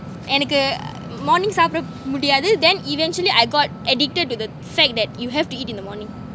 எனக்கு:enakku morning சாப்பிட முடியாது:saapida mudiyathu then eventually I got addicted to the fact that you have to eat in the morning